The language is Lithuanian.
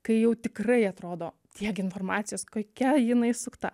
kai jau tikrai atrodo tiek informacijos kokia jinai sukta